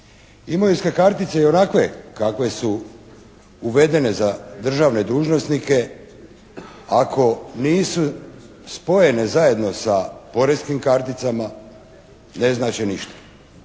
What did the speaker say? Imovinske kartice ionakve kakve su uvedene za državne dužnosnike, ako nisu spojene zajedno sa poreznim karticama ne znače ništa.